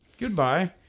Goodbye